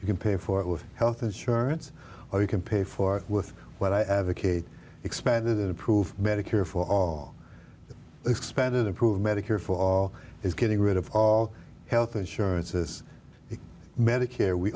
you can pay for it with health insurance or you can pay for with what i advocate expanded it approved medicare for all expanded improve medicare for all is getting rid of all health insurance is it medicare we